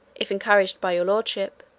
if encouraged by your lordship,